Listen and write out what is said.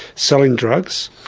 selling drugs.